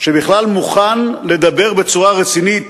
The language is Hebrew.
שבכלל מוכן לדבר בצורה רצינית